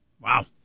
Wow